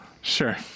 Sure